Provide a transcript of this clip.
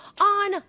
on